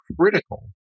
critical